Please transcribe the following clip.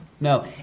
No